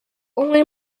only